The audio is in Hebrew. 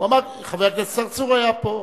חבר הכנסת צרצור היה פה,